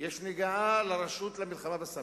יש נגיעה לרשות למלחמה בסמים,